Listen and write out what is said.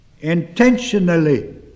intentionally